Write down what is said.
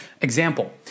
example